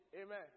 Amen